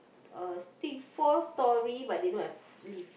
uh stick four storey but they don't have lift